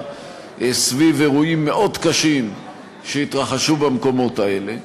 סביב אירועים מאוד קשים שהתרחשו במקומות האלה.